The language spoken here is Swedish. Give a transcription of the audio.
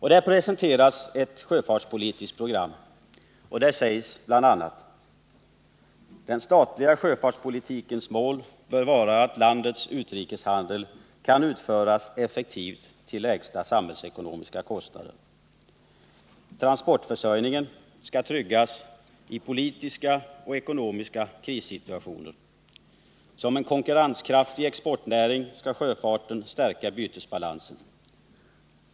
I det sjöfartspolitiska programmet sägs bl.a. att den statliga sjöfartspolitikens målsättning bör vara att landets utrikeshandel kan utföras effektivt till lägsta samhällsekonomiska kostnader. Transportförsörjningen skall tryggas i politiska och ekonomiska krissituationer. Som en konkurrenskraftig exportnäring skall sjöfarten stärka bytesbalansen.